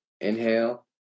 Inhale